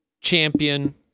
champion